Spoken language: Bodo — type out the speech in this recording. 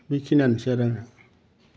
बेखिनियान्सै आरो